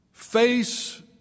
face